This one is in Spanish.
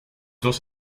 dos